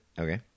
Okay